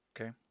okay